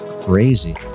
crazy